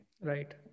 Right